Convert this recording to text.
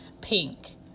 pink